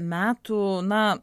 metų na